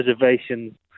reservations